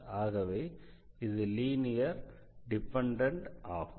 ஆகவே இது linear dependent ஆகும்